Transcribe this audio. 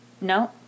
No